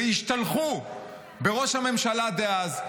והשתלחו בראש הממשלה דאז,